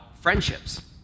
friendships